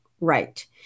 right